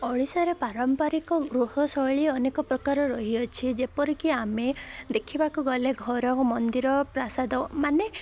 ଓଡ଼ିଶାରେ ପାରମ୍ପାରିକ ଗୃହ ଶୈଳୀ ଅନେକ ପ୍ରକାର ରହିଅଛି ଯେପରିକି ଆମେ ଦେଖିବାକୁ ଗଲେ ଘର ମନ୍ଦିର ପ୍ରାସାଦ ମାନେ